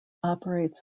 operates